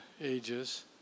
ages